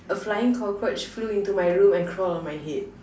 a flying cockroach flew into my room and crawl on my head